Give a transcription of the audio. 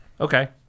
Okay